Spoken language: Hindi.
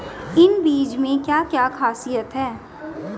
इन बीज में क्या क्या ख़ासियत है?